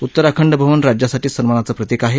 उत्तराखंड भवन राज्यासाठी सन्मानाचं प्रतीक आहे